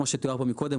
כמו שתואר פה מקודם,